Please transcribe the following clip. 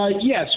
Yes